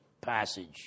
passage